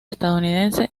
estadounidense